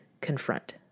confront